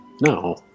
No